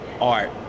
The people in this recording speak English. art